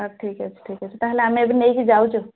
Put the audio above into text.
ହଉ ଠିକ୍ ଅଛି ଠିକ୍ ଅଛି ତା'ହେଲେ ଆମେ ଏବେ ନେଇକି ଯାଉଛୁ